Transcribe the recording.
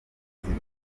buzima